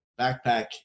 backpack